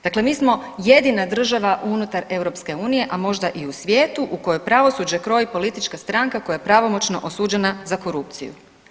Dakle, mi smo jedina država unutar EU, a možda i u svijetu u kojoj pravosuđe kroji politička stranka koja je pravomoćno osuđena za korupciju.